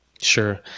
Sure